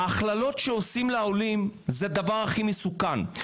ההכללות שעושים לעולים, זה הדבר הכי מסוכן.